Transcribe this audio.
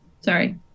Sorry